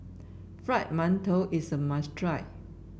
Fried Mantou is a must try